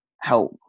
help